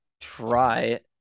Try